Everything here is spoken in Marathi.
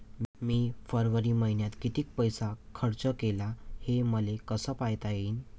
मी फरवरी मईन्यात कितीक पैसा खर्च केला, हे मले कसे पायता येईल?